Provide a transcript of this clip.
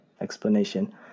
explanation